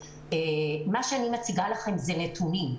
ומה שאני מציגה לכם זה נתונים,